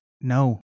No